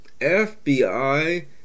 FBI